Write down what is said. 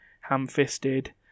ham-fisted